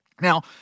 Now